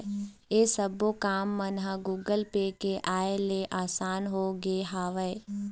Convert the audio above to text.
ऐ सब्बो काम मन ह गुगल पे के आय ले असान होगे हवय